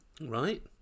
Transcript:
Right